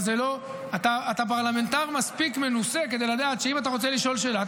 אתה פרלמנטר מספיק מנוסה כדי לדעת שאם אתה רוצה לשאול שאלה,